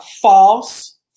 false